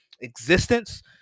existence